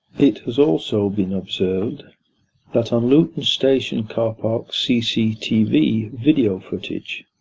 it has also been observed that on luton station carpark cctv video-footage,